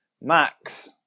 Max